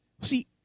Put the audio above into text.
See